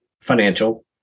financial